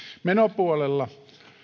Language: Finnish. menopuolella